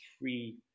free